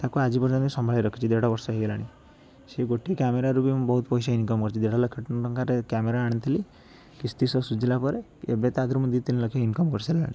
ତାକୁ ଆଜି ପର୍ଯ୍ୟନ୍ତ ସମ୍ଭାଳିକି ରଖିଛି ଦେଢ଼ ବର୍ଷ ହେଇଗଲାଣି ସେ ଗୋଟିଏ କ୍ୟାମେରାରୁ ବି ମୁଁ ବହୁତ ପଇସା ଇନକମ କରିଚି ଦେଢ଼ ଲକ୍ଷ ଟଙ୍କାରେ କ୍ୟାମେରା ଆଣିଥିଲି କିସ୍ତି ସହ ସୁଝିଲା ପରେ ଏବେ ତା' ଦେହରୁ ମୁଁ ଦି ତିନି ଲକ୍ଷ ଇନକମ କରିସାରିଲିଣି